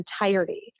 entirety